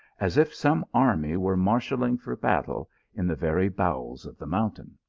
as if some army were marshal ling for battle in the very bowels of the mountain.